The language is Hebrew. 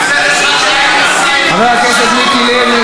לעשות את ההבחנה בין המרשם הפלילי לבין,